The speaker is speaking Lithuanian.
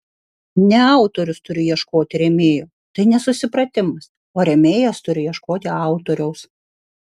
ne autorius turi ieškoti rėmėjo tai nesusipratimas o rėmėjas turi ieškoti autoriaus